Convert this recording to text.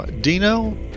Dino